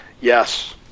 Yes